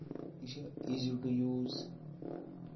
یہِ چھُ easy to use